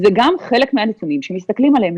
זה גם חלק מהנתונים שמסתכלים עליהם.